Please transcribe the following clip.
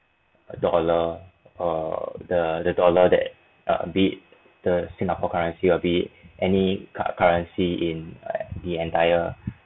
err dollar or the the dollar that be it the singapore currency or be it any curr~ currency in the entire